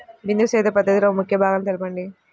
బిందు సేద్య పద్ధతిలో ముఖ్య భాగాలను తెలుపండి?